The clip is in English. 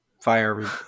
fire